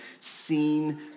seen